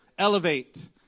Elevate